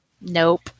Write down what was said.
Nope